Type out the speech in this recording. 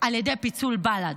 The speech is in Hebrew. על ידי פיצול בל"ד.